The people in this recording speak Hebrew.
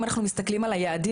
אם אנחנו מסתכלים על המדדים,